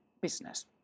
business